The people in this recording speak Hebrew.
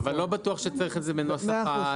אבל כל עוד הוא בעל מכסה.